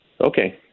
Okay